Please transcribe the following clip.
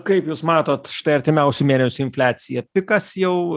kaip jūs matot štai artimiausių mėnesių infliacija pikas jau